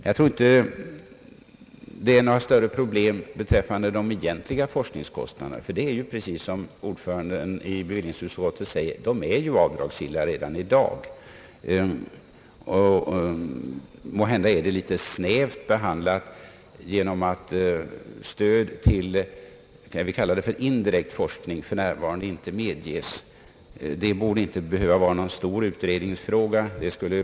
Jag tror inte att det är några större problem beträffande de egentliga forskningskostnaderna, ty de är, precis som bevillningsutskottets ordförande säger, avdragsgilla redan i dag. Måhända är behandlingen litet snäv genom att stöd till vad vi kan kalla indirekt forskning för närvarande inte medges. Det borde inte behöva vara någon stor utredningsfråga.